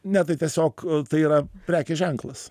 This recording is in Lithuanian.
ne tai tiesiog tai yra prekės ženklas